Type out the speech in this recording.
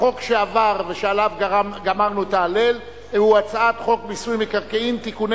החוק שעבר ושעליו גמרנו את ההלל הוא הצעת חוק מיסוי מקרקעין (תיקוני